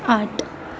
आठ